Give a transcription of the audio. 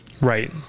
Right